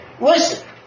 Listen